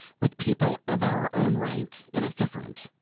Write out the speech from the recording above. with people of our own rank it is different.